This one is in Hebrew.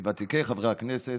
מוותיקי חברי הכנסת,